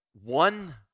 one